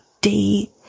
date